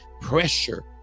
Pressure